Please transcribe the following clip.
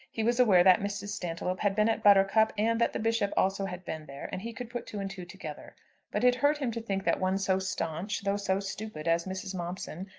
he was aware that mrs. stantiloup had been at buttercup, and that the bishop also had been there and he could put two and two together but it hurt him to think that one so staunch though so stupid as mrs. momson,